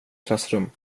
klassrum